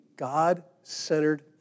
God-centered